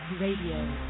Radio